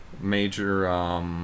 Major